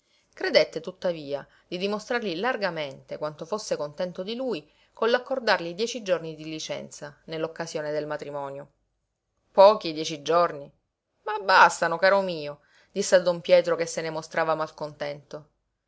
credette tuttavia di dimostrargli largamente quanto fosse contento di lui con l'accordargli dieci giorni di licenza nell'occasione del matrimonio pochi dieci giorni ma bastano caro mio disse a don pietro che se ne mostrava malcontento